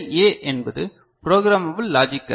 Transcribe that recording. ஏ என்பது programmable logic array